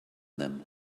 them